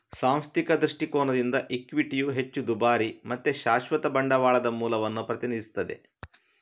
ಸಾಂಸ್ಥಿಕ ದೃಷ್ಟಿಕೋನದಿಂದ ಇಕ್ವಿಟಿಯು ಹೆಚ್ಚು ದುಬಾರಿ ಮತ್ತೆ ಶಾಶ್ವತ ಬಂಡವಾಳದ ಮೂಲವನ್ನ ಪ್ರತಿನಿಧಿಸ್ತದೆ